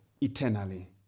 eternally